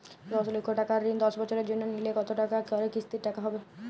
দশ লক্ষ টাকার ঋণ দশ বছরের জন্য নিলে কতো টাকা করে কিস্তির টাকা হবে?